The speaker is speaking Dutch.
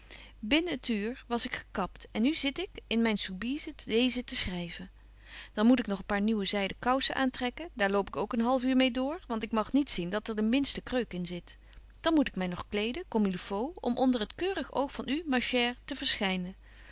uur was ik gekapt en nu zit ik in myn soubise deezen te schryven dan moet ik nog een paar nieuwe zyden koussen aantrekken daar loopt ook een half uur mêe door want ik mag niet zien dat er de minste kreuk in zit dan moet ik my nog kleden comme il faut om onder het keurig oog van u ma chere te